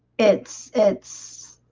it's it's